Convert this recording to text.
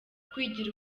kwigira